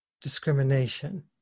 discrimination